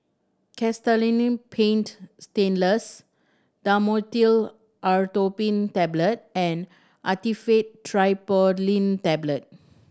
Castellanin Paint Stainless Dhamotil Atropine Tablet and Actifed Triprolidine Tablet